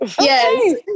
Yes